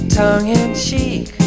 tongue-in-cheek